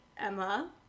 Emma